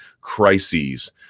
crises